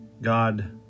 God